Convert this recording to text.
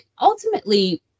ultimately